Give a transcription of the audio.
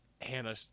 hannah